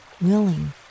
willing